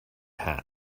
hat